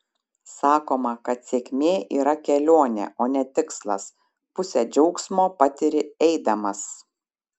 sakoma kad sėkmė yra kelionė o ne tikslas pusę džiaugsmo patiri eidamas